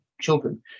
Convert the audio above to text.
children